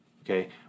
Okay